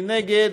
מי נגד?